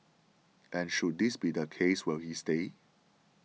and should this be the case will he stay